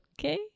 Okay